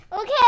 Okay